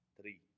three